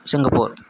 Singapore